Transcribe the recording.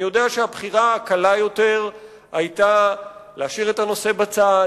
אני יודע שהבחירה הקלה יותר היתה להשאיר את הנושא בצד.